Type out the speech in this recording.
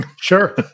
Sure